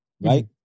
right